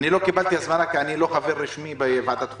אני לא קיבלתי הזמנה כי אני לא חבר רשמי בוועדת החוקה.